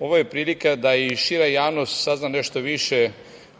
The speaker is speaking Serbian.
ovo je prilika da i šira javnost sazna nešto više